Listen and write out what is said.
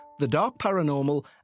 thedarkparanormal